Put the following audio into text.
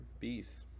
Peace